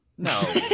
No